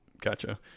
Gotcha